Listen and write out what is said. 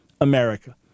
america